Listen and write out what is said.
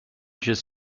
just